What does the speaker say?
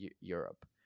Europe